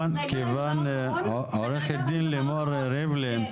עו"ד לימור ריבלין,